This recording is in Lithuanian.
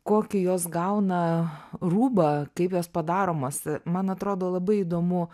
kokį jos gauna rūbą kaip jos padaromas man atrodo labai įdomu